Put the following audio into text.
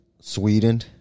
Sweden